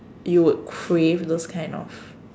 you would crave those kind of